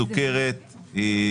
מחלת הסוכרת היא